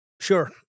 Sure